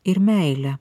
ir meile